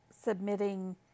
submitting